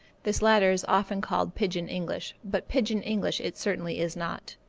this latter is often called pigeon english, but pigeon english it certainly is not.